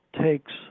takes